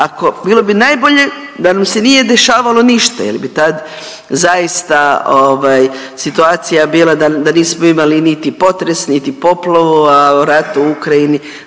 Ako, bilo bi najbolje da nam se nije dešavalo ništa, jer bi tad zaista situacija bila da nismo imali niti potres, niti poplavu, a o ratu u Ukrajini